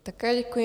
Také děkuji.